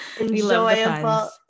enjoyable